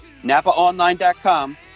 NapaOnline.com